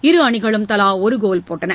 இருஅணிகளும் தலா ஒரு கோல் போட்டன